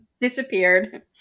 disappeared